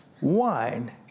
wine